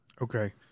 Okay